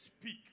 speak